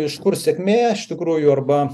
iš kur sėkmė iš tikrųjų arba